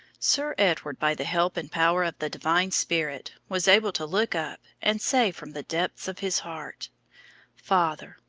sir edward, by the help and power of the divine spirit, was able to look up, and say from the depths of his heart father,